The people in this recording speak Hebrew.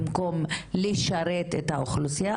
במקום לשרת את האוכלוסייה,